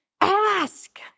ask